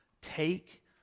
take